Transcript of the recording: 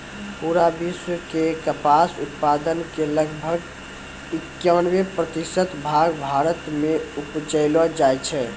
पूरा विश्व के कपास उत्पादन के लगभग इक्यावन प्रतिशत भाग भारत मॅ उपजैलो जाय छै